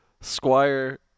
Squire